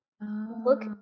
look